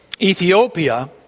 Ethiopia